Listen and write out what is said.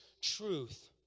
truth